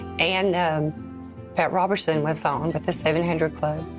and pat robertson was ah on with the seven hundred club,